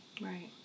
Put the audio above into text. Right